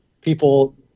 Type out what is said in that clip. people